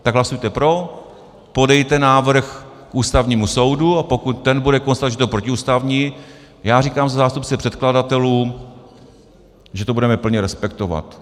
Tak hlasujte pro, podejte návrh Ústavnímu soudu, a pokud ten bude konstatovat, že to je protiústavní, já říkám za zástupce předkladatelů, že to budeme plně respektovat.